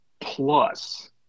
plus